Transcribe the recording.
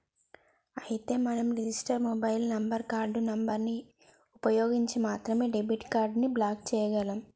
అయితే మనం register mobile number card number ని ఉపయోగించి మాత్రమే డెబిట్ కార్డు ని బ్లాక్ చేయగలం